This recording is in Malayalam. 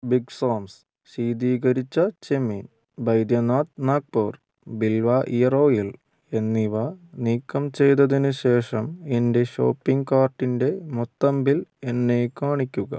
ബിഗ് സാംസ് ശീതീകരിച്ച ചെമ്മീൻ ബൈദ്യനാഥ് നാഗ്പൂർ ബിൽവ ഇയർ ഓയിൽ എന്നിവ നീക്കം ചെയ്തതിന് ശേഷം എന്റെ ഷോപ്പിംഗ് കാർട്ടിന്റെ മൊത്തം ബിൽ എന്നെ കാണിക്കുക